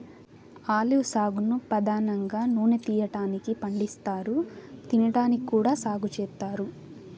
olive సాగును పధానంగా నూనె తీయటానికి పండిస్తారు, తినడానికి కూడా సాగు చేత్తారు